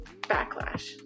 backlash